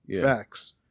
facts